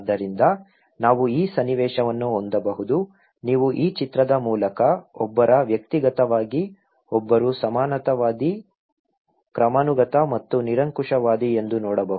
ಆದ್ದರಿಂದ ನಾವು ಈ ಸನ್ನಿವೇಶವನ್ನು ಹೊಂದಬಹುದು ನೀವು ಈ ಚಿತ್ರದ ಮೂಲಕ ಒಬ್ಬ ವ್ಯಕ್ತಿಗತವಾಗಿ ಒಬ್ಬರು ಸಮಾನತಾವಾದಿ ಕ್ರಮಾನುಗತ ಮತ್ತು ನಿರಂಕುಶವಾದಿ ಎಂದು ನೋಡಬಹುದು